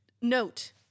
Note